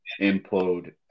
implode